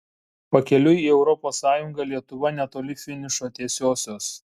pakeliui į europos sąjungą lietuva netoli finišo tiesiosios